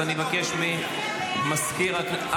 הבקשה מהאופוזיציה.